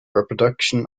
reproduction